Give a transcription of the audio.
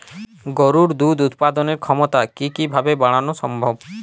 গরুর দুধ উৎপাদনের ক্ষমতা কি কি ভাবে বাড়ানো সম্ভব?